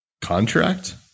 contract